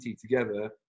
together